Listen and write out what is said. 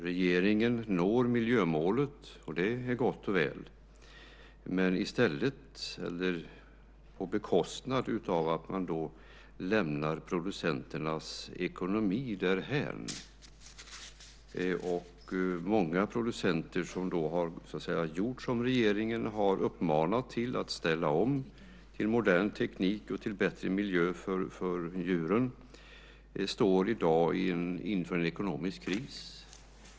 Regeringen når miljömålet, och det är gott och väl, men på bekostnad av att man lämnar producenternas ekonomi därhän. Många producenter som har gjort det som regeringen har uppmanat till, ställt om till modern teknik och bättre miljö för djuren, står i dag inför en ekonomisk kris.